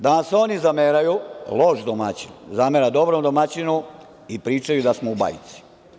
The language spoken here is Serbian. Danas oni zameraju, loš domaćin zamera dobrom domaćinu i pričaju da smo u bajci.